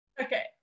Okay